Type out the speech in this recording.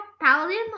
Paladin